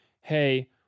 Hey